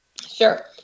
Sure